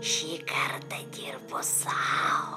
šį kartą dirbu sau